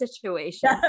situation